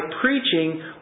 preaching